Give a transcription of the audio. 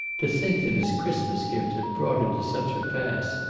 to think that his christmas gift had brought her to such a pass!